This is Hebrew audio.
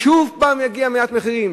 שוב פעם יגיע מעליית מחירים.